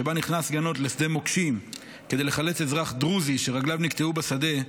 שבה נכנס גנות לשדה מוקשים כדי לחלץ אזרח דרוזי שרגליו נקטעו בשדה,